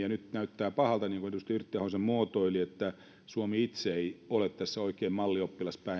ja nyt näyttää pahalta niin kuin edustaja yrttiahon sen muotoili suomi itse ei ole tässä oikein mallioppilas